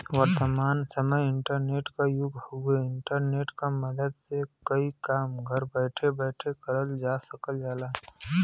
वर्तमान समय इंटरनेट क युग हउवे इंटरनेट क मदद से कई काम घर बैठे बैठे करल जा सकल जाला